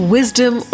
Wisdom